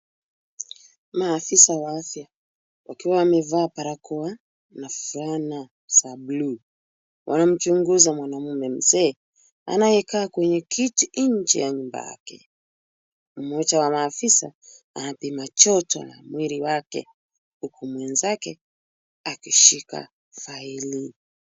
Maafisa wa afya. Wakiwa wamevaa barakoa na fulana za blue . Wanamchunguza mwanamme mzee, anayekaa kwenye kiti nje ya nyumba yake. Mmoja wa maafisa anapima joto na mwili wake, huko mwenzake, akishika faili.